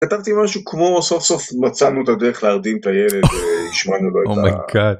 כתבתי משהו כמו סוף סוף מצאנו את הדרך להרדים את הילד והשמענו לו את ה...